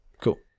Cool